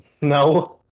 No